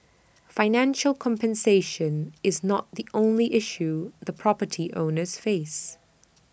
financial compensation is not the only issue the property owners face